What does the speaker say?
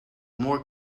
more